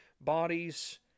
bodies